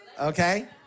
Okay